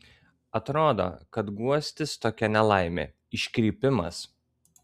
atrodo kad guostis tokia nelaime iškrypimas